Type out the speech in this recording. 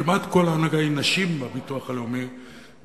כמעט כל ההנהגה בביטוח הלאומי היא נשים,